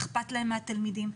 אכפת להם מהתלמידים,